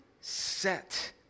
set